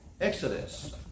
Exodus